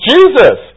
Jesus